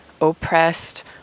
oppressed